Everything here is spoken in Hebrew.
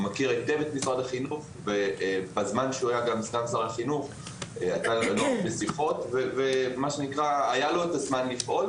היה לו את הזמן לפעול,